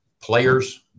players